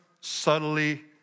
subtly